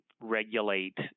regulate